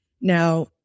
Now